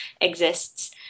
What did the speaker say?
exists